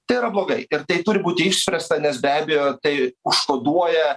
tai yra blogai ir tai turi būti išspręsta nes be abejo tai užkoduoja